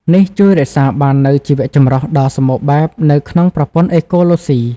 នេះជួយរក្សាបាននូវ ជីវចម្រុះ ដ៏សម្បូរបែបនៅក្នុងប្រព័ន្ធអេកូឡូស៊ី។